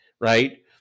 right